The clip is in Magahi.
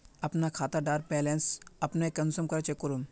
अपना खाता डार बैलेंस अपने कुंसम करे चेक करूम?